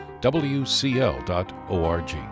wcl.org